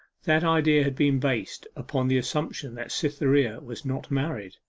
that idea had been based upon the assumption that cytherea was not married.